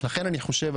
לכן אני חושב,